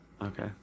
Okay